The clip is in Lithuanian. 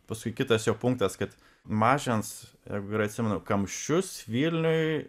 paskui kitas jo punktas kad mažins ir jeigu gerai atsimenu kamščius vilniuj